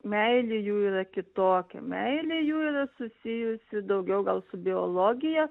meilė jų yra kitokia meilė jų yra susijusi daugiau gal su biologija